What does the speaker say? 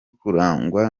kurangwa